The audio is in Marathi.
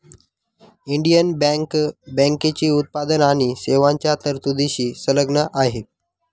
इंडियन बँक बँकेची उत्पादन आणि सेवांच्या तरतुदींशी संलग्न आहे